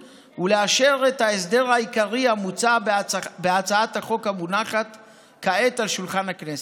ולאשר את ההסדר העיקרי המוצע בהצעת החוק המונחת כעת על שולחן הכנסת.